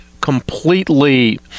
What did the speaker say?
completely